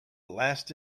last